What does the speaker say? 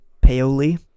Paoli